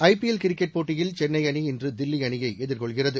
ஐ P L cricket போட்டியில் சென்னை அணி இன்று தில்லி அணியை எதிர்கொள்கிறது